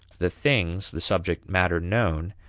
the things, the subject matter known,